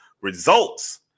results